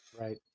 Right